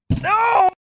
No